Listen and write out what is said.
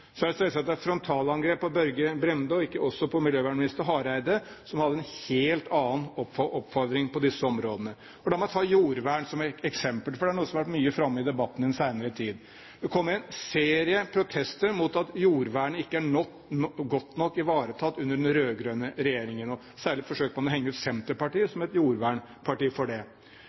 Så er det selvsagt et frontalangrep på Børge Brende og også på tidligere miljøvernminister Hareide, som hadde en helt annen oppfatning på disse områdene. La meg ta jordvern som eksempel, for det er noe som har vært mye oppe i debatten den senere tid. Det kommer en serie protester mot at jordvernet ikke er godt nok ivaretatt under den rød-grønne regjeringen. Særlig forsøker man her å henge ut Senterpartiet som et jordvernparti. Men hvis jordvernet ikke er godt nok ivaretatt, er det